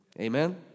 Amen